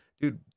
dude